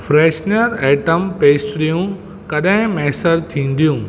freshener item पेस्रियूं कॾहिं मैसर थींदियूं